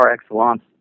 excellence